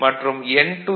B